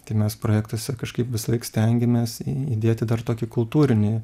tai mes projektuose kažkaip visąlaik stengiamės įdėti dar tokį kultūrinį